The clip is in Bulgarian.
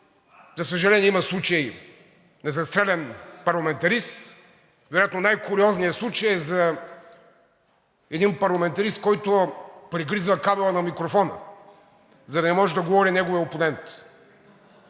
за съжаление, има случай на застрелян парламентарист, вероятно най-куриозният случай е за един парламентарист, който прегризва кабела на микрофона, за да не може да говори неговият опонент.